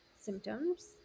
symptoms